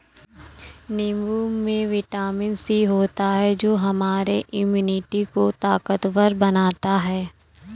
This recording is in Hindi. नींबू में विटामिन सी होता है जो हमारे इम्यूनिटी को ताकतवर बनाता है